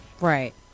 Right